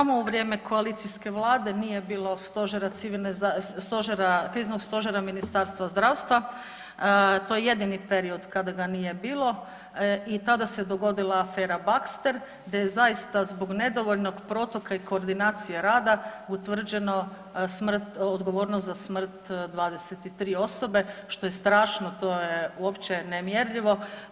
Samo u vrijeme koalicijske Vlade nije bilo Stožera civilne, Kriznog stožera Ministarstva zdravstva, to je jedini period kada ga nije bilo i tada se dogodila afera Baxter gdje je zaista zbog nedovoljnog protoka i koordinacije rada utvrđeno smrt, odgovornost za smrt 23 osobe što je strašno, to je uopće nemjerljivo.